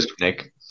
Nick